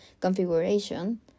configuration